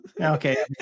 Okay